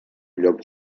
lloc